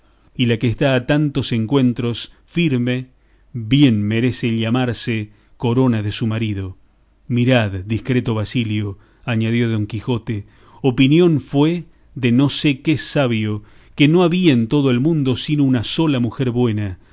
y la que está a tantos encuentros firme bien merece llamarse corona de su marido mirad discreto basilio añadió don quijote opinión fue de no sé qué sabio que no había en todo el mundo sino una sola mujer buena